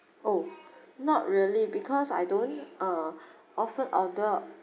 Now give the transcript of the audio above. oh not really because I don't uh often order